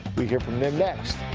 we'll hear from them next.